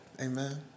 Amen